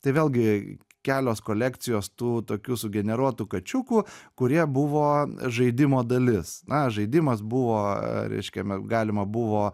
tai vėlgi kelios kolekcijos tų tokių sugeneruotų kačiukų kurie buvo žaidimo dalis na žaidimas buvo reiškia galima buvo